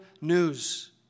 news